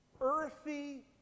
earthy